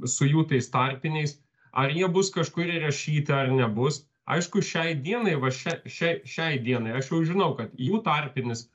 su jų tais tarpiniais ar jie bus kažkur įrašyti ar nebus aišku šiai dienai va šia šiai šiai dienai aš jau žinau kad jų tarpinis